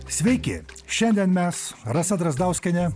sveiki šiandien mes rasa drazdauskienė